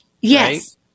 Yes